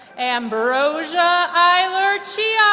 ambrosia eiler-cichosz,